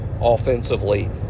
offensively